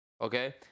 Okay